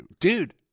Dude